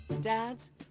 Dads